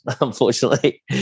unfortunately